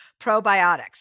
probiotics